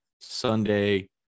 Sunday